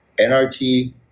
NRT